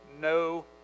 no